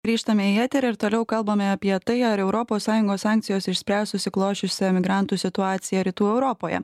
grįžtame į eterį ir toliau kalbame apie tai ar europos sąjungos sankcijos išspręs susiklosčiusią emigrantų situaciją rytų europoje